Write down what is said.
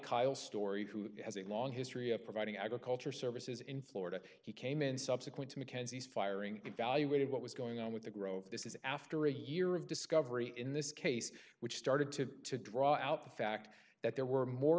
kyle story who has a long history of providing agriculture services in florida he came in subsequent to mackenzie's firing evaluated what was going on with the grove this is after a year of discovery in this case which started to draw out the fact that there were more